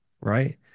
right